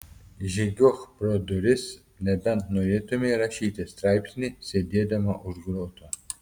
žygiuok pro duris nebent norėtumei rašyti straipsnį sėdėdama už grotų